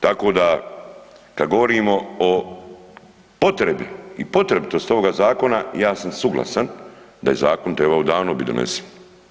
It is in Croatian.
Tako da kad govorimo o potrebi i potrebitosti ovoga Zakona, ja sam suglasan da je Zakon trebao biti odavno donesen.